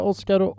Oskar